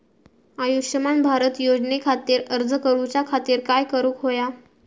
आयुष्यमान भारत योजने खातिर अर्ज करूच्या खातिर काय करुक होया?